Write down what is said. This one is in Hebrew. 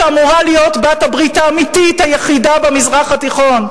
שאמורה להיות בעלת הברית האמיתית היחידה של ארצות-הברית במזרח התיכון,